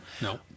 No